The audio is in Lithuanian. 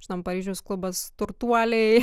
žinom paryžiaus klubas turtuoliai